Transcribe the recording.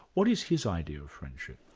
what is his idea of friendship?